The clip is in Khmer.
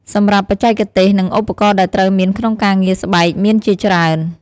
សម្រាប់បច្ចេកទេស និងឧបករណ៍ដែលត្រូវមានក្នុងការងារស្បែកមានជាច្រើន។